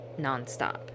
nonstop